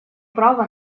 права